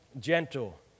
gentle